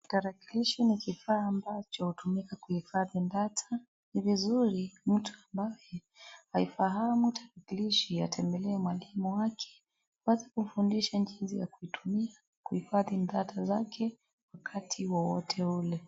Tarakilishi ni kifaa ambacho hutumika kuhifadhi data ni vizuri mtu ambaye haifahamu tarakilishi atembelee mwalimu wake basi kumfundisha jinsi ya kuitumia kuhifadhi data zake wakati wowote ule.